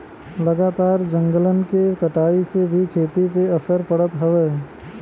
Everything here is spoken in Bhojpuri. लगातार जंगलन के कटाई से भी खेती पे असर पड़त हउवे